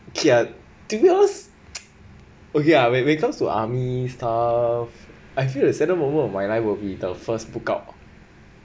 okay ah to be honest okay lah whe~ when it comes to army stuff I feel the saddest moment of my life will be the first book out